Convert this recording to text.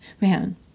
Man